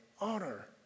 honor